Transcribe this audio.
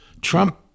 Trump